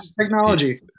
technology